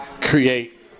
create